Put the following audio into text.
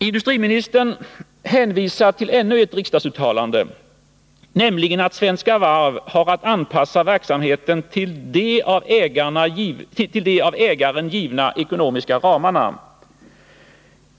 Industriministern hänvisar till ännu ett riksdagsuttalande, nämligen att Svenska Varv har att anpassa verksamheten till de av ägaren givna ekonomiska ramarna.